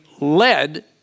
led